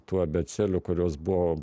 tų abėcėlių kurios buvo